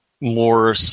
more